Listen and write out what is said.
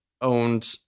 owned